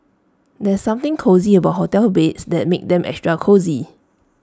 there's something cozy about hotel beds that makes them extra cosy